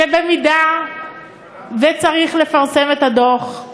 שאם צריך לפרסם את הדוח,